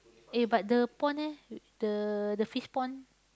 eh but the pond eh the the fish pond